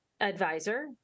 advisor